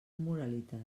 moralitat